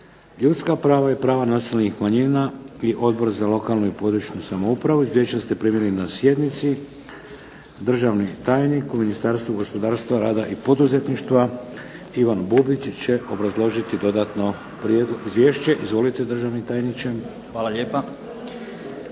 ljudska prava i prava nacionalnih manjina i Odbor za lokalnu i područnu samoupravu. Izvješća ste primili na sjednici. Državni tajnik u Ministarstvo gospodarstva, rada i poduzetništva Ivan Bubičić će dodatno obrazložiti izvješće. Izvolite državni tajniče. **Bubić,